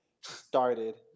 started